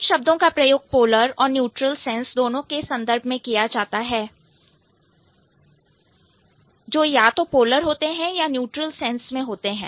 कुछ शब्दों का प्रयोग पोलर और न्यूट्रल सेंस दोनों के संदर्भ में किया जाता है जो या तो पोलर होते हैं या न्यूट्रल सेंस में होते हैं